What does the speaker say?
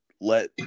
let